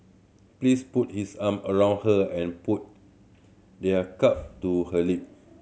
please put his arm around her and put their cup to her lip